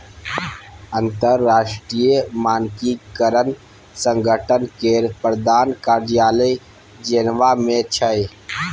अंतरराष्ट्रीय मानकीकरण संगठन केर प्रधान कार्यालय जेनेवा मे छै